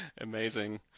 Amazing